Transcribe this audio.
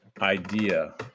idea